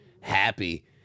happy